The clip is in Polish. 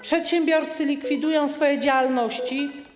Przedsiębiorcy likwidują swoje działalności.